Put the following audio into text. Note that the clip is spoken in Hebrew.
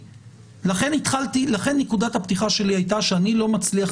לכן נקודת הפתיחה שלי הייתה שאני לא מצליח